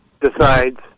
decides